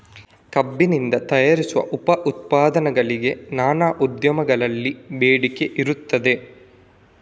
ಕಬ್ಬಿನಿಂದ ತಯಾರಿಸುವ ಉಪ ಉತ್ಪನ್ನಗಳಿಗೆ ನಾನಾ ಉದ್ದಿಮೆಗಳಲ್ಲಿ ಬೇಡಿಕೆ ಇರ್ತದೆ